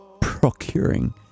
Procuring